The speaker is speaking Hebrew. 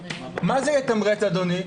מה זה יתמרץ, אדוני?